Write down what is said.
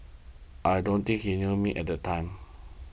I don't thinking he knew the me at the time